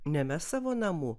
nemes savo namų